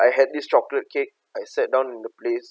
I had this chocolate cake I sat down in the place